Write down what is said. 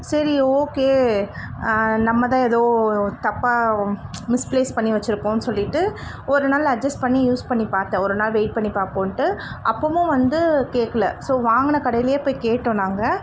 சரி ஓகே நம்ம தான் ஏதோ தப்பாக மிஸ்ப்ளேஸ் பண்ணி வச்சிருக்கோன்னு சொல்லிட்டு ஒரு நாள் அட்ஜஸ் பண்ணி யூஸ் பண்ணி பார்த்தேன் ஒரு நாள் வெயிட் பண்ணி பார்ப்போன்ட்டு அப்போவும் வந்து கேக்கல ஸோ வாங்கின கடையிலியே போய் கேட்டோம் நாங்கள்